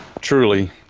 truly